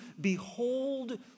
behold